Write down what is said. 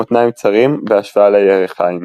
מותניים צרים בהשוואה לירכיים.